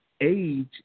age